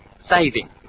Saving